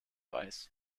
weiß